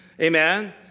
amen